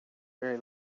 very